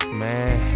man